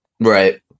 Right